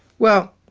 well,